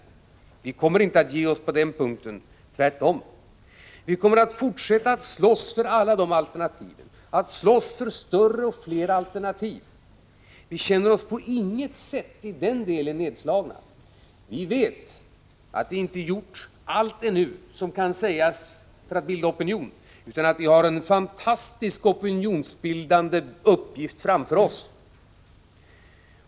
Vi kommer inte att ge oss på den punkten. Tvärtom. Vi kommer att fortsätta att slåss för alla de alternativen, att slåss för större och fler alternativ. Vi känner oss i den delen på inget sätt nedslagna. Vi vet att allt ännu inte är sagt som kan sägas för att bilda opinion, att vi har en fantastisk opinionsbildande uppgift framför oss.